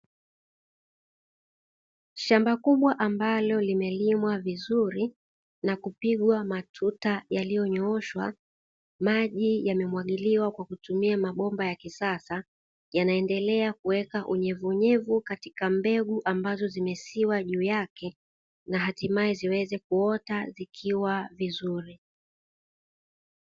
Shamba kubwa ambalo limelimwa vizuri, na kupigwa matuta yaliyonyooshwa. Maji yamemwagiliwa kwa kutumia mabomba ya kisasa, yanaendelea kuweka unyevunyevu katika mbegu ambazo zimesiwa juu yake na hatimae ziweze kuota zikiwa vizuri.